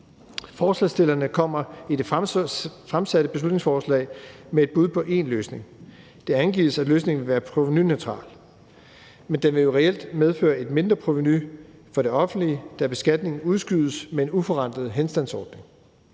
Forslagsstillerne kommer i det fremsatte beslutningsforslag med et bud på én løsning. Det angives, at løsningen vil være provenuneutral, men den vil jo reelt medføre et mindreprovenu for det offentlige, da beskatning udskydes med en uforrentet henstandsordning,